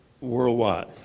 worldwide